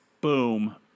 boom